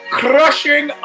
crushing